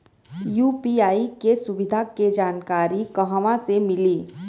UPI के सुविधा के जानकारी कहवा से मिली?